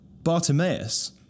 Bartimaeus